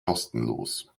kostenlos